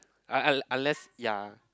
uh unless ya